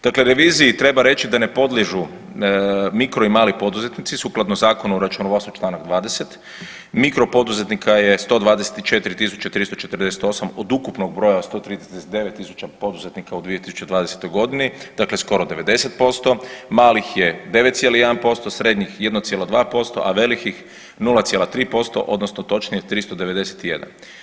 Dakle, reviziji treba reći da ne podliježu mikro i mali poduzetnici sukladno Zakonu o računovodstvu, čl. 20, mikropoduzetnika je 124 348, od ukupnog broja od 139 000 poduzetnika u 2020. g., dakle skoro 90%, malih je 9,1%, srednjih 1,2%, a velikih 0,3%, odnosno točnije, 391.